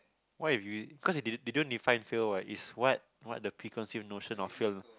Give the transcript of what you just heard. what if you cause you don't you don't define fail what is what what the preconceived notion of fail